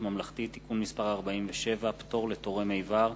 ממלכתי (תיקון מס' 47) (פטור לתורם אבר),